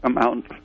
Amount